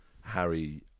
harry